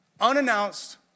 unannounced